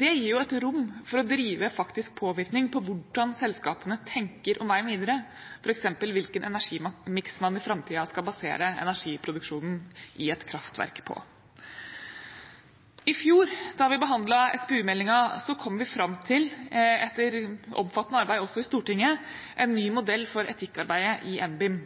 Det gir et rom for å drive faktisk påvirkning på hvordan selskapene tenker om veien videre, f.eks. hvilken energimiks man i framtida skal basere energiproduksjonen i et kraftverk på. I fjor, da vi behandlet SPU-meldingen, kom vi fram til, etter omfattende arbeid også i Stortinget, en ny modell for etikkarbeidet i NBIM.